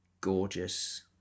gorgeous